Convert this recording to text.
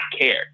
care